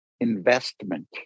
investment